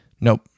nope